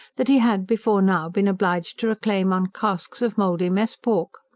that he had before now been obliged to reclaim on casks of mouldy mess-pork.